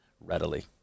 readily